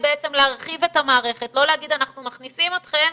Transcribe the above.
להרחיב את המערכת לא להגיד: אנחנו מכניסים אתכם,